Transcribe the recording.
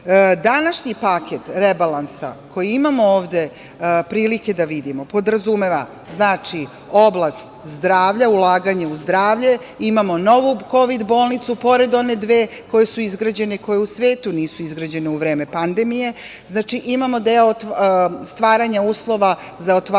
paket rebalansa koji imamo ovde prilike da vidimo podrazumeva oblast zdravlja, ulaganje u zdravlje, imamo novu kovid bolnicu pored one dve koje su izgrađene, koje u svetu nisu izgrađene u vreme pandemije. Znači, imamo deo stvaranja uslova za otvaranje